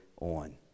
on